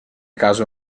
caso